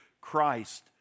Christ